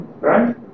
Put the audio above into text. Right